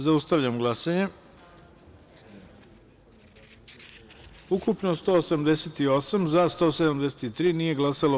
Zaustavljam glasanje: ukupno – 188, za – 173, nije glasalo – 15.